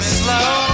slow